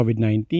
COVID-19